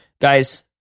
guys